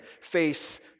face